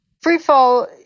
Free-fall